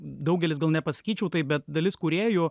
daugelis gal nepasakyčiau taip bet dalis kūrėjų